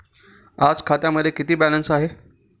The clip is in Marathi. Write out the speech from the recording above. आज खात्यामध्ये किती बॅलन्स आहे?